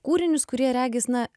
kūrinius kurie regis na